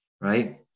right